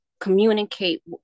communicate